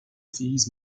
fees